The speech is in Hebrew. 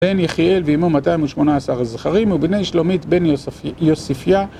בן יחיאל ואימו 218 זכרים, ובני שלומית בן יוספיה